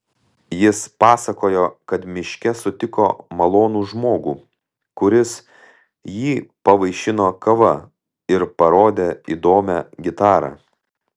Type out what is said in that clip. jis pasakojo kad miške sutiko malonų žmogų kuris jį pavaišino kava ir parodė įdomią gitarą